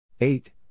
eight